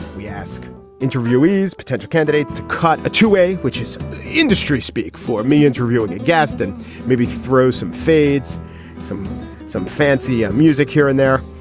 we ask interviewees potential candidates to cut a two way which is industry speak for me interviewing a guest and maybe throw some fades some some fancy music here and there.